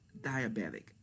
diabetic